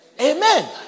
Amen